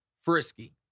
frisky